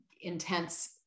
intense